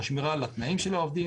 לשמירה על התנאים שלהם,